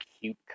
cute